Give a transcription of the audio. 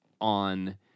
on